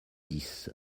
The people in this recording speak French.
dix